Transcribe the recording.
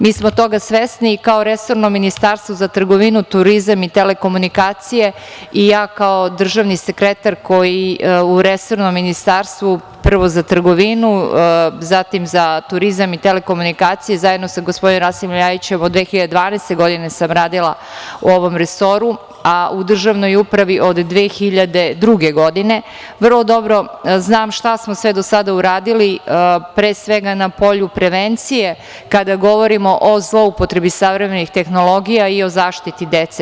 Mi smo toga svesni i kao resorno Ministarstvo za trgovinu, turizam i telekomunikacije i ja kao državni sekretar u resornom ministarstvu, prvo za trgovinu, zatim za turizam i telekomunikacije, zajedno sa gospodinom Rasimom Ljajićem, od 2012. godine sam radila u ovom resoru, a u državnoj upravi od 2002. godine, vrlo dobro znam šta smo sve do sada uradili, pre svega, na polju prevencije, kada govorimo o zloupotrebi savremenih tehnologija i o zaštiti dece.